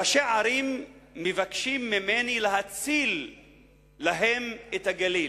ראשי ערים מבקשים ממני להציל להם את הגליל.